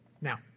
Now